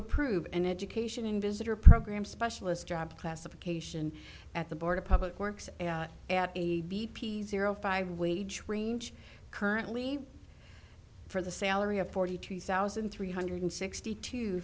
approve and education in visitor program specialist job classification at the board of public works at a zero five wage range currently for the salary of forty two thousand three hundred sixty two